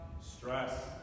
stress